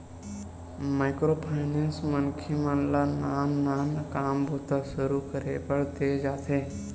micro finance मनखे मन ल नान नान काम बूता सुरू करे बर देय जाथे